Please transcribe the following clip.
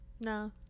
No